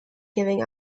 giving